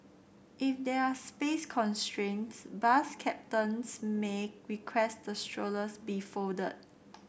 if there are space constraints bus captains may request the strollers be folded